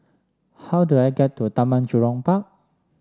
how do I get to Taman Jurong Park